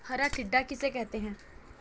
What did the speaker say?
हरा टिड्डा किसे कहते हैं?